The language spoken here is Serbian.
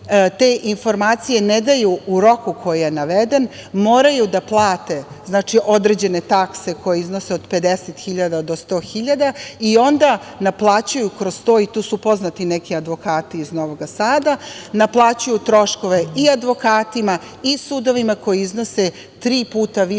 te informacije ne daju u roku koji je naveden moraju da plate određene takse koje iznose od 50.000 do 100.000 i onda naplaćuju kroz to, i tu su poznati neki advokati iz Novog Sada, troškove i advokatima i sudovima koji iznose tri puta više